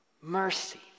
Mercy